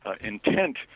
intent